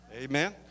Amen